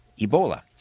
Ebola